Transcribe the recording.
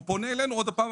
הוא פונה אלינו עוד הפעם,